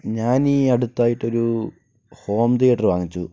ഞാൻ ഈ അടുത്തായിട്ടൊരു ഹോം തിയേറ്റർ വാങ്ങിച്ചു